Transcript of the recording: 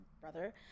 brother